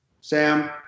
Sam